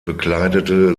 bekleidete